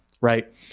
Right